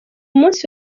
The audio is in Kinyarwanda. munsi